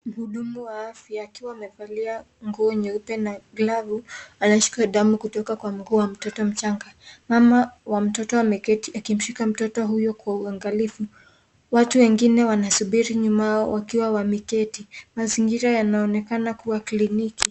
Mhudumu wa afya akiwa amevalia nguo nyeupe na glavu anachukua damu kutoka Kwa miguubya mtoto mchanga. Mama wa mtoto ameketi akimshika mtoto huyu Kwa uangalifu. Watu wengine wanasubiri nyuma wakiwa wameketi, mazingira yanaonekana kuwa ya kliniki.